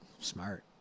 Smart